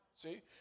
See